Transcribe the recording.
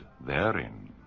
therein